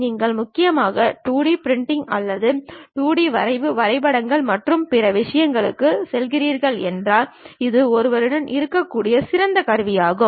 நீங்கள் முக்கியமாக 2D printing அல்லது 2D வரைவு வரைபடங்கள் மற்றும் பிற விஷயங்களுக்குச் செல்கிறீர்கள் என்றால் இது ஒருவரிடம் இருக்கக்கூடிய சிறந்த கருவியாகும்